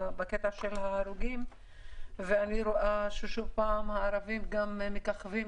ההרוגים ואני רואה ששוב פעם הערבים מככבים,